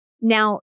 Now